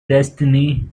destiny